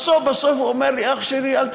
בסוף בסוף הוא אומר לי: אח שלי, אל תדאג.